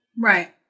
Right